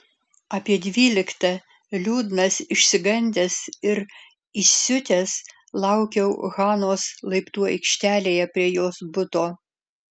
apie dvyliktą liūdnas išsigandęs ir įsiutęs laukiau hanos laiptų aikštelėje prie jos buto